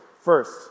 First